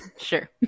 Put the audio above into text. Sure